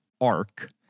Arc